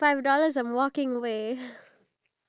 ya in the mario kart